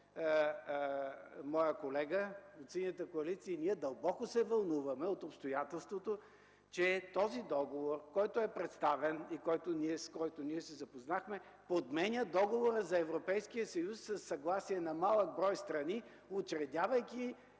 моят колега от Синята коалиция. Ние дълбоко се вълнуваме от обстоятелството, че този договор, който е представен и с който ние се запознахме, подменя договора за Европейския съюз със съгласие на малък брой страни, учредявайки